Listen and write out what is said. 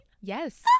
Yes